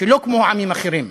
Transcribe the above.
שלא כמו עמים אחרים.